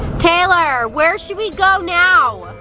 taylor, where should we go now?